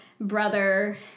brother